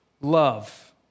love